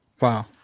Wow